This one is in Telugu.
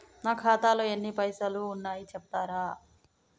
నా ఖాతాలో ఎన్ని పైసలు ఉన్నాయి చెప్తరా?